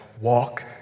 walk